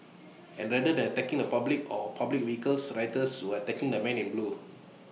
and rather than attacking the public or public vehicles rioters were attacking the men in blue